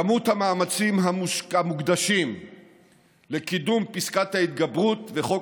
כמות המאמצים המוקדשים לקידום פסקת ההתגברות וחוק